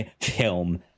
film